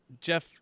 Jeff